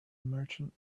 merchant